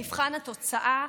במבחן התוצאה,